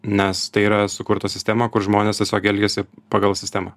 nes tai yra sukurta sistema kur žmonės tiesiog elgiasi pagal sistemą